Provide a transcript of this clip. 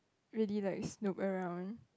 really like snoop around